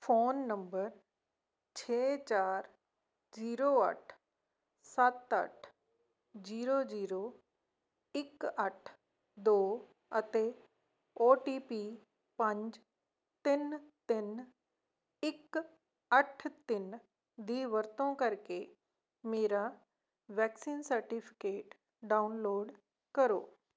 phone number ਛੇ ਚਾਰ zero ਅੱਠ ਸੱਤ ਅੱਠ ਜੀਰੋ ਜੀਰੋ ਇੱਕ ਅੱਠ ਦੋ ਅਤੇ ਓ ਟੀ ਪੀ ਪੰਜ ਤਿੰਨ ਤਿੰਨ ਇੱਕ ਅੱਠ ਤਿੰਨ ਦੀ ਵਰਤੋਂ ਕਰਕੇ ਮੇਰਾ ਵੈਕਸੀਨ ਸਰਟੀਫਿਕੇਟ ਡਾਊਨਲੋਡ ਕਰੋ